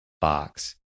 box